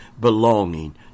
belonging